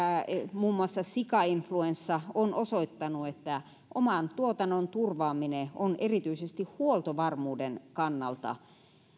muun muassa sikainfluenssa ovat osoittaneet että oman tuotannon turvaaminen on erityisesti huoltovarmuuden kannalta